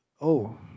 oh